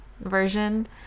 version